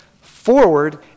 forward